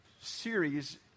series